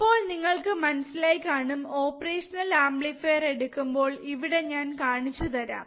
ഇപ്പോ നിങ്ങൾക് മനസിലായി കാണും ഓപ്പറേഷണൽ അമ്പ്ലിഫീർ എടുക്കുമ്പോൾ ഇവിടെ ഞാൻ കാണിച്ച തരാം